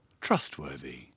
Trustworthy